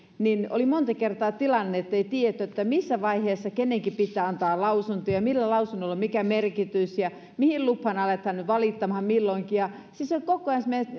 oli monta kertaa tilanne ettei tiedetty missä vaiheessa kenenkin pitää antaa lausunto ja millä lausunnolla on mikä merkitys ja mihin lupaan aletaan valittamaan milloinkin siis sitä oli koko ajan niin että